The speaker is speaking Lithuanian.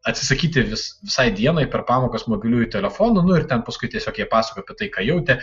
atsisakyti vis visai dienai per pamokas mobiliųjų telefonų nu ir ten paskui tiesiog jie pasakojo apie tai ką jautė